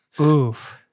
Oof